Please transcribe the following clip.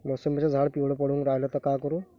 मोसंबीचं झाड पिवळं पडून रायलं त का करू?